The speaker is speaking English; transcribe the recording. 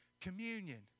Communion